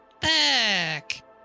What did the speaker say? Back